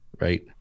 right